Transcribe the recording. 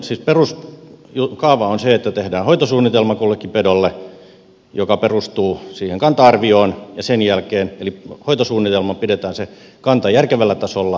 meillä siis peruskaava on se että tehdään kullekin pedolle hoitosuunnitelma joka perustuu siihen kanta arvioon ja sen jälkeen hoitosuunnitelmalla pidetään se kanta järkevällä tasolla